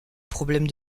problème